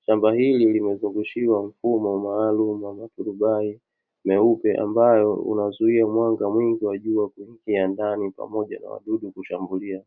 Shamba hili limezungushiwa mfumo maalamu wa maturubai meupe ambao unazuia mwanga mwingi kuingia ndani na wadudu kushambulia.